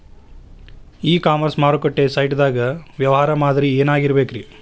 E commerce ಮಾರುಕಟ್ಟೆ site ಗಾಗಿ ವ್ಯವಹಾರ ಮಾದರಿ ಏನಾಗಿರಬೇಕ್ರಿ?